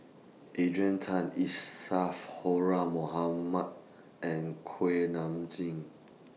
Adrian Tan Isadhora Mohamed and Kuak Nam Jin